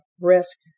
risk